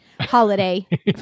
holiday